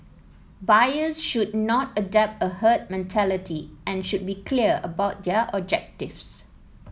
buyers should not adopt a herd mentality and should be clear about their objectives